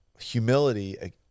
humility